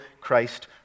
Christ